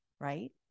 right